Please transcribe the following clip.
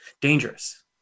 dangerous